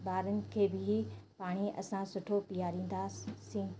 ॿारनि खे भी पाणी असां सुठो पीआरींदासीं सी